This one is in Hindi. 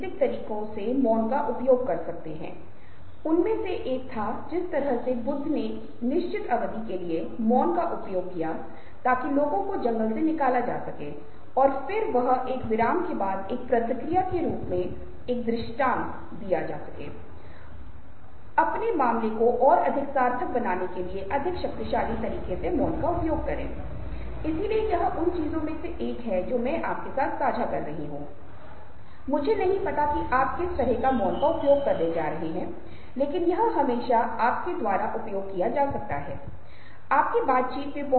लेकिन शोध हमें बताता है कि वास्तविक भावनाओं सहित भावनाओं को पहचानने की हमारी क्षमता लगभग 50 प्रतिशत के स्तर पर है जो कि संयोग का स्तर है जिसका अर्थ है कि यद्यपि हमने यह मान लिया है कि हम चेहरे और उनकी भावनाओं को पढ़ने में अच्छे हैं और वास्तव में हम भावनाओं और चहरे को पढ़ने में अच्छे नहीं हैं